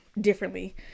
differently